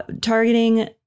targeting